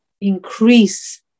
increase